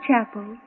chapel